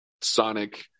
sonic